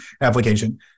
application